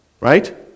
right